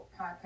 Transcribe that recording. podcast